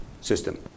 system